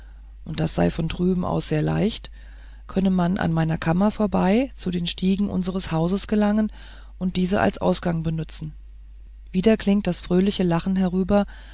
und das sei von drüben aus sehr leicht könne man an meiner kammer vorbei zu den stiegen unseres hauses gelangen und diese als ausgang benützen wieder klingt das fröhliche lachen herüber